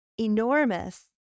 enormous